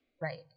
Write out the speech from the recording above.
Right